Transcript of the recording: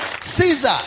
caesar